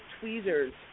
tweezers